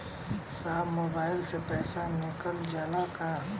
साहब मोबाइल से पैसा निकल जाला का?